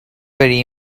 very